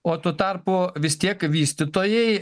o tuo tarpu vis tiek vystytojai